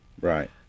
Right